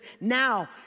now